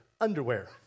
underwear